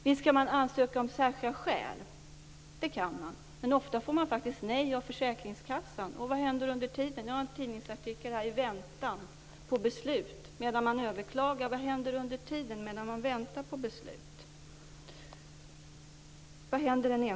Visst kan man ansöka om särskilda skäl, men ofta får man nej av försäkringskassan. Och vad händer den enskilde under tiden medan han eller hon väntar på beslut?